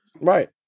Right